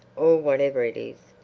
or whatever it is,